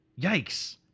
Yikes